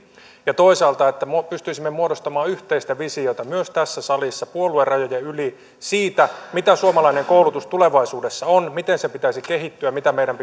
ja toisaalta että pystyisimme muodostamaan yhteistä visiota myös tässä salissa puoluerajojen yli siitä mitä suomalainen koulutus tulevaisuudessa on miten sen pitäisi kehittyä mitä meidän